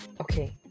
Okay